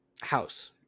House